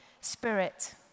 Spirit